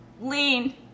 Lean